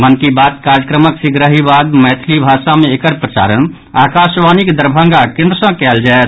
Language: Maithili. मन की बात कार्यक्रमक शीघ्रहि बाद मैथिली भाषा मे एकर प्रसारण आकाशवाणीक दरभंगा केन्द्र सँ कयल जायत